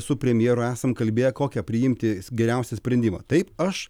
su premjeru esam kalbėję kokią priimti geriausią sprendimą taip aš